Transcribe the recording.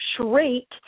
shriek